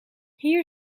hier